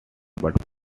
but